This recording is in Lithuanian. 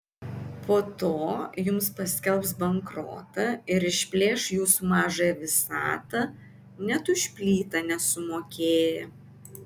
po to jums paskelbs bankrotą ir išplėš jūsų mažąją visatą net už plytą nesumokėję